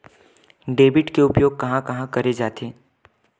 Debit के उपयोग कहां कहा करे जाथे?